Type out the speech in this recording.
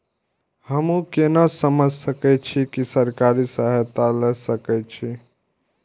हमू केना समझ सके छी की सरकारी सहायता ले सके छी?